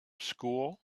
school